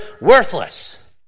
worthless